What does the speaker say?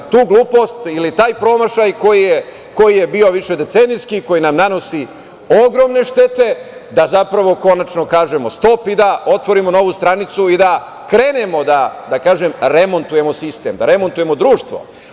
Tu glupost ili taj promašaj koji je bio višedecenijski i koji nam nanosi ogromne štete, da zapravo konačno kažemo stop, da otvorimo novu stranicu i da krenemo da remontujemo sistem, da remontujemo društvo.